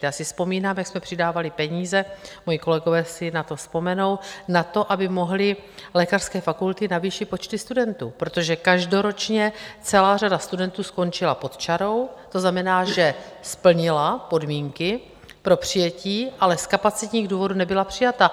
Já si vzpomínám, jak jsme přidávali peníze, moji kolegové si na to vzpomenou, na to, aby mohly lékařské fakulty navýšit počty studentů, protože každoročně celá řada studentů skončila pod čarou, to znamená, že splnila podmínky pro přijetí, ale z kapacitních důvodů nebyla přijata.